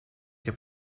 heb